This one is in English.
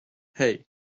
hey